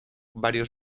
varios